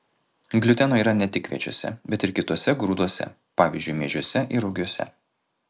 gliuteno yra ne tik kviečiuose bet ir kituose grūduose pavyzdžiui miežiuose ir rugiuose